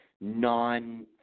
non